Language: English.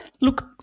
Look